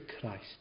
Christ